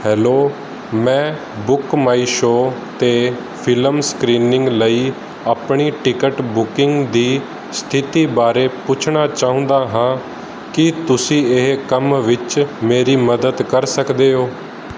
hello ਮੈਂ Book My Show 'ਤੇ film screening ਲਈ ਆਪਣੀ ਟਿਕਟ ਬੁਕਿੰਗ ਦੀ ਸਥਿਤੀ ਬਾਰੇ ਪੁੱਛਣਾ ਚਾਹੁੰਦਾ ਹਾਂ ਕੀ ਤੁਸੀਂ ਇਹ ਕੰਮ ਵਿੱਚ ਮੇਰੀ ਮਦਦ ਕਰ ਸਕਦੇ ਓ